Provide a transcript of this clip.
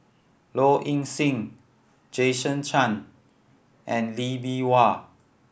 Low Ing Sing Jason Chan and Lee Bee Wah